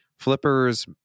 Flippers